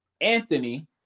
Anthony